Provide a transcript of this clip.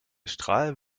strahl